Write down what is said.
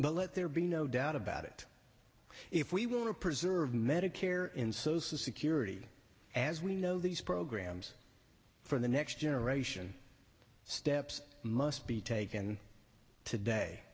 but let there be no doubt about it if we want to preserve medicare and social security as we know these programs for the next generation steps must be taken to